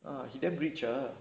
he damn rich ah